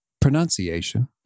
pronunciation